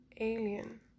alien